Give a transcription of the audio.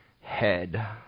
head